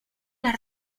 las